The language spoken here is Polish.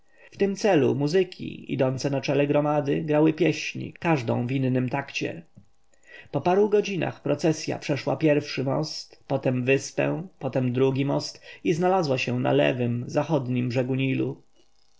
w tym celu muzyki idące na czele gromady grały pieśni każda w innym takcie po paru godzinach procesja przeszła pierwszy most potem wyspę potem drugi most i znalazła się na lewym zachodnim brzegu